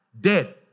dead